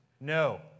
No